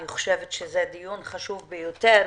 אני חושבת שזה דיון חשוב ביותר,